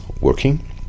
working